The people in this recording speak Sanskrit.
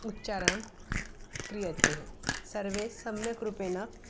उच्चारणं क्रियते सर्वे सम्यक्रूपेण